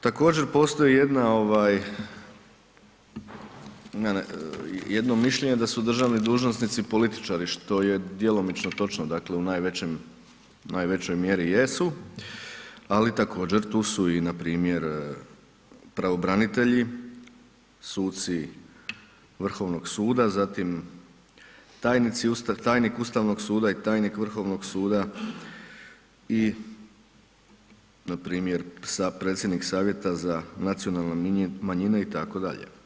Također postoji jedna, jedno mišljenje da su državni dužnosnici političari, što je djelomično točno, dakle u najvećoj mjeri jesu, ali također tu su npr. pravobranitelji, suci Vrhovnog suda, zatim tajnik Ustavnog suda i tajnik Vrhovnog suda i npr. sa predsjednik savjeta za nacionalne manjine itd.